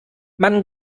man